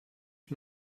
ich